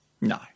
No